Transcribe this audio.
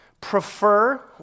prefer